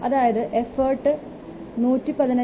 അതായത് എഫോർട്ട് 115